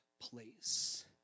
place